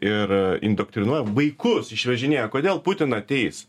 ir indoktrinuoja vaikus išvežinėja kodėl putiną teis